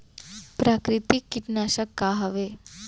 प्राकृतिक कीटनाशक का हवे?